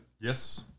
Yes